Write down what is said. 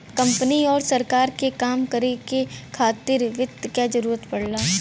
company आउर सरकार के काम के करे खातिर वित्त क जरूरत पड़ला